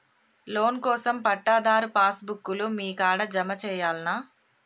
Loan కోసం పట్టాదారు pass book లు మీ కాడా జమ చేయల్నా?